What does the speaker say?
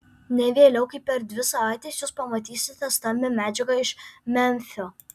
ne vėliau kaip per dvi savaites jūs pamatysite stambią medžiagą iš memfio